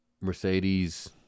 Mercedes